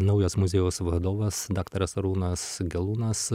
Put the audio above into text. naujas muziejaus vadovas daktaras arūnas gelūnas